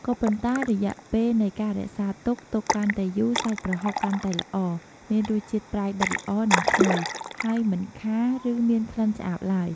ក៏ប៉ុន្តែរយៈពេលនៃការរក្សាទុក ទុកកាន់តែយូរ សាច់ប្រហុកកាន់តែល្អ មានរសជាតិប្រៃដិតល្អ និងឈ្ងុយ ហើយមិនខារ ឬមានក្លិនឆ្អាបឡើយ។